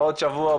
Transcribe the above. בעוד שבוע,